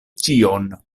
ĉion